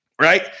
Right